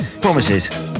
promises